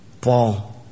Paul